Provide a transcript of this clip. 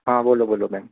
હા બોલો બોલો બેન